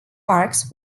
parks